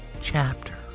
chapter